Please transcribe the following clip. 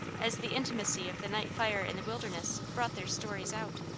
as the intimacy of the night fire in the wilderness brought their stories out.